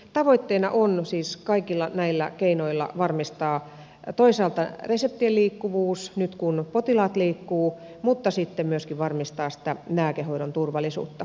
tavoitteena on siis kaikilla näillä keinoilla varmistaa toisaalta reseptien liikkuvuus nyt kun potilaat liikkuvat mutta sitten myöskin varmistaa sitä lääkehoidon turvallisuutta